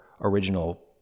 original